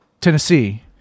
Tennessee